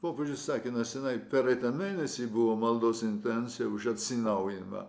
popiežius sakė neseniai pereitą mėnesį buvo maldos intencija už atsinaujinimą